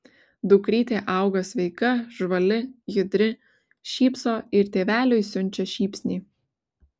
dukrytė auga sveika žvali judri šypso ir tėveliui siunčia šypsnį